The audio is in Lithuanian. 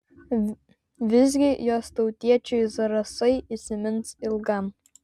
visgi jos tautiečiui zarasai įsimins ilgam